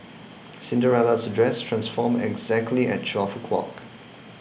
Cinderella's dress transformed exactly at twelve o'clock